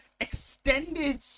Extended